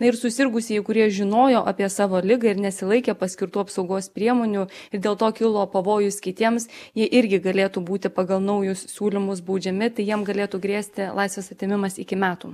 ir susirgusieji kurie žinojo apie savo ligą ir nesilaikė paskirtų apsaugos priemonių ir dėl to kilo pavojus kitiems ji irgi galėtų būti pagal naujus siūlymus baudžiami tai jiem galėtų grėsti laisvės atėmimas iki metų